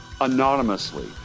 anonymously